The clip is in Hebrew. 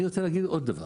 אני רוצה לומר עוד דבר.